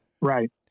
Right